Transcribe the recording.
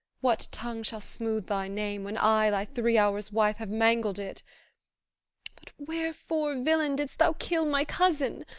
what tongue shall smooth thy name, when i, thy three-hours' wife, have mangled it but wherefore, villain, didst thou kill my cousin?